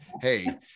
hey